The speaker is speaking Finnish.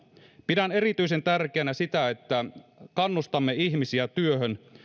pidän erityisen tärkeänä sitä että kannustamme ihmisiä työhön